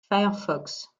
firefox